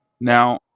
Now